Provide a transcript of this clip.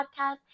podcast